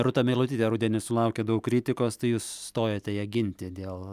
rūta meilutyte rudenį sulaukė daug kritikos tai jūs stojote ją ginti dėl